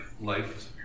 life